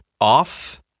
off